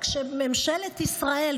כשממשלת ישראל,